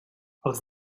els